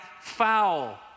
foul